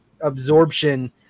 absorption